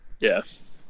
Yes